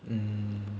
mm